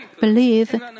believe